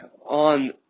on